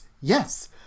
yes